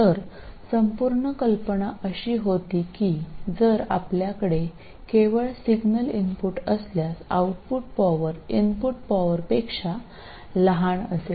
तर संपूर्ण कल्पना अशी होती की जर आपल्याकडे केवळ सिग्नल इनपुट असल्यास आउटपुट पॉवर इनपुट पॉवरपेक्षा लहान असेल